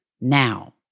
Now